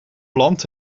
plant